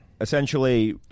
Essentially